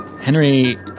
Henry